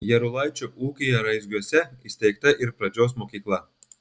jarulaičio ūkyje raizgiuose įsteigta ir pradžios mokykla